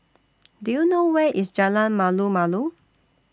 Do YOU know Where IS Jalan Malu Malu